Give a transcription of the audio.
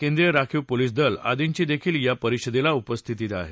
केंद्रीय राखीव पोलीस दल आदींची देखील या परिषदेला उपस्थिती आहे